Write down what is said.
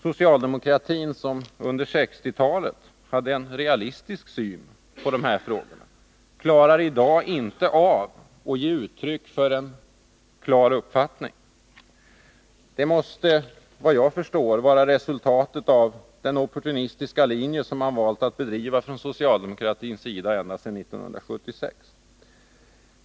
Socialdemokratin, som under 1960-talet hade en realistisk syn på dessa frågor, klarar i dag inte av att ge uttryck för en klar uppfattning. Det måste, vad jag förstår, vara resultatet av den opportunistiska linje som socialdemokraterna valt att driva ända sedan 1976.